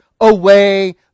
away